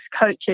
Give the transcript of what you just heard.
coaches